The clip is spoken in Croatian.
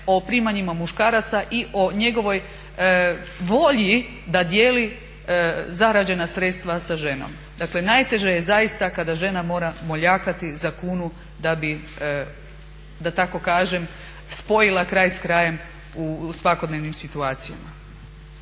o primanjima muškaraca i o njegovoj volji da dijeli zarađena sredstva sa ženom. Dakle, najteže je zaista kada žena mora moljakati za kunu da bi da tako kažem spojila kraj s krajem u svakodnevnim situacijama.